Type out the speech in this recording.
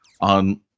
on